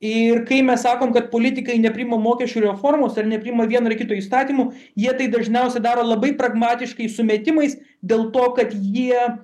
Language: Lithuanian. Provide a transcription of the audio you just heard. ir kai mes sakom kad politikai nepriima mokesčių reformos ir nepriima vieno ar kito įstatymų jie tai dažniausiai daro labai pragmatiškais sumetimais dėl to kad jie